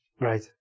Right